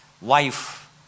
wife